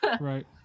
Right